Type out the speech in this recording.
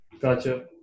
gotcha